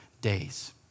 days